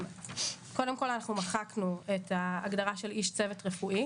קודם כל אנחנו מחקנו את הגדרה של איש צוות רפואי.